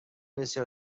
بسیار